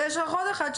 ויש לך עוד אחד,